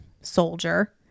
soldier